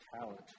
talent